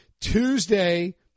Tuesday